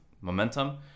momentum